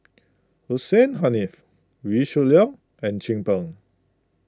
Hussein Haniff Wee Shoo Leong and Chin Peng